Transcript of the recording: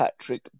Patrick